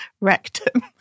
rectum